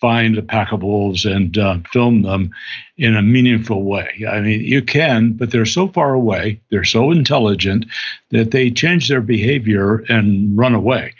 find a pack of wolves and film them in a meaningful way. yeah i mean you can, but they're so far away, they're so intelligent that they change their behavior and run away.